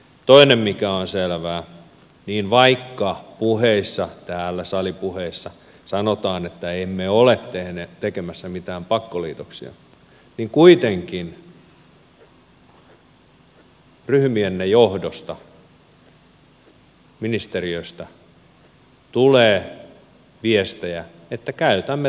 toinen mikä on selvää on että vaikka täällä salipuheissa sanotaan että emme ole tekemässä mitään pakkoliitoksia niin kuitenkin ryhmienne johdosta ministeriöstä tulee viestejä että käytämme tarvittaessa pakkoliitoksia